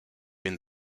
been